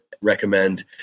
recommend